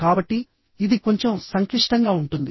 కాబట్టి ఇది కొంచెం సంక్లిష్టంగా ఉంటుంది